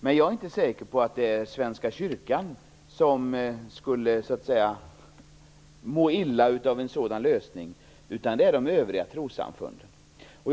Men jag är inte säker på att det är Svenska kyrkan som skulle må illa av en sådan lösning, utan det är de övriga trossamfunden.